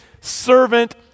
servant